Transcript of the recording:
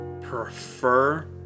prefer